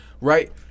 right